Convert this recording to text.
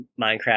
Minecraft